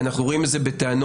אנחנו רואים איזה בטענות